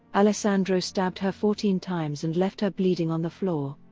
alessandro stabbed her fourteen times and left her bleeding on the floor.